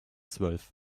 zwölf